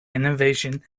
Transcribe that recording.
innovation